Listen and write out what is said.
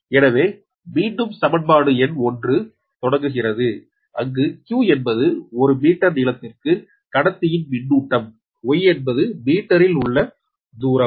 எனவே மீண்டும் சமன்பாடு எண் 1 வலமிருந்து தொடங்குகிறது அங்கு q என்பது ஒரு மீட்டர் நீளத்திற்கு கடத்தியின் மின்னூட்டம் y என்பது மீட்டரில் உள்ள தூரம்